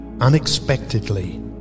unexpectedly